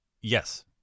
Yes